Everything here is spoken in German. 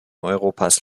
europas